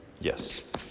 Yes